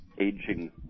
aging